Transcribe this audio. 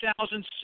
2006